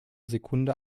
sekunde